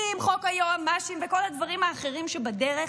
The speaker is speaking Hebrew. עם חוק היועמ"שים וכל הדברים האחרים שבדרך,